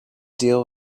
deal